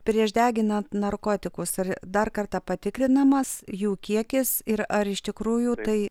prieš deginant narkotikus ar dar kartą patikrinamas jų kiekis ir ar iš tikrųjų tai